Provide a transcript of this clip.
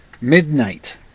Midnight